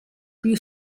più